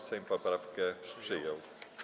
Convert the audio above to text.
Sejm poprawkę przyjął.